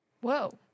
Whoa